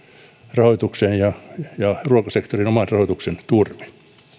rahoituksen ja ruokasektorin oman rahoituksen turvin